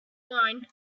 wine